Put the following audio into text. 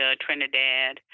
Trinidad